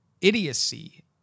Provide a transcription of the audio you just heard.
idiocy